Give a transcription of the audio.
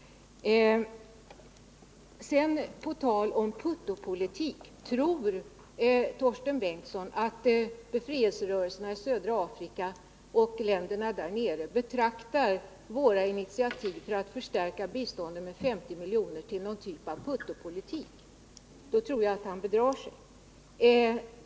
På tal om putterpolitik vill jag fråga om Torsten Bengtson tror att befrielserörelserna i södra Afrika och länderna där nere betraktar våra initiativ för att förstärka biståndet med 50 milj.kr. som någon form av putterpolitik. Då tror jag att han bedrar sig.